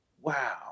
Wow